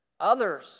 others